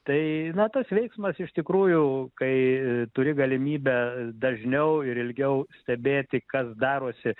tai na tas veiksmas iš tikrųjų kai turi galimybę dažniau ir ilgiau stebėti kas darosi